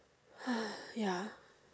ya